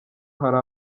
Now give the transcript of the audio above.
hari